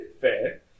Fair